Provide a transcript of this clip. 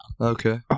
Okay